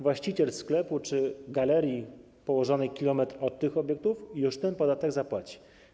Właściciel sklepu czy galerii położonej kilometr od tych obiektów już ten podatek zapłaci.